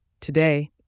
Today